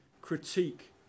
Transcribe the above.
critique